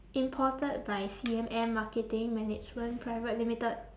imported by C_M_M marketing management private limited